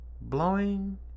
blowing